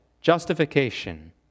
justification